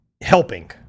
helping